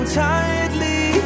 tightly